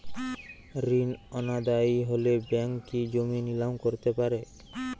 ঋণ অনাদায়ি হলে ব্যাঙ্ক কি জমি নিলাম করতে পারে?